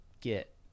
get